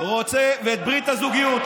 ואת ברית הזוגיות.